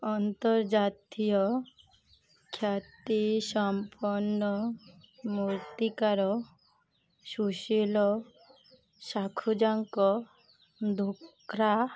ଆନ୍ତର୍ଜାତୀୟ ଖ୍ୟାତିସମ୍ପନ୍ନ ମୂର୍ତ୍ତିକାର ସୁଶୀଲ ସାଖୁଜାଙ୍କ ଧୋକ୍ରା